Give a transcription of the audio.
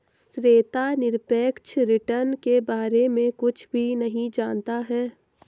श्वेता निरपेक्ष रिटर्न के बारे में कुछ भी नहीं जनता है